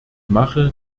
mache